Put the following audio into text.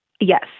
Yes